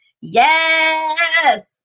Yes